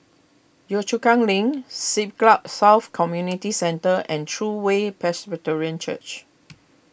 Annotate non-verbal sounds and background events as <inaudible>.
Yio Chu Kang Link Siglap South Community Centre and True Way Presbyterian Church <noise>